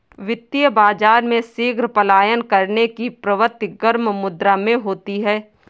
वित्तीय बाजार में शीघ्र पलायन करने की प्रवृत्ति गर्म मुद्रा में होती है